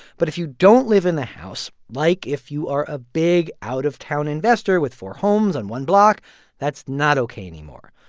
but if you don't live in the house like, if you are a big out-of-town investor with four homes on one block that's not ok anymore.